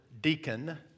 deacon